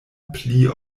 pli